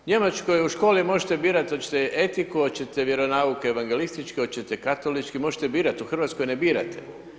U Njemačkoj u školi možete birati hoćete etiku, hoćete vjeronauke evangelističke, hoćete katolički, možete birat, u Hrvatskoj ne birate.